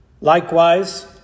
Likewise